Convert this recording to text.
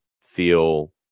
feel